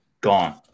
gone